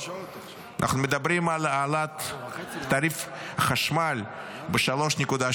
אנחנו מדברים על העלאת תעריף החשמל ב-3.8%,